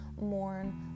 mourn